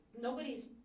Nobody's